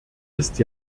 ist